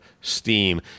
steam